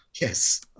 Yes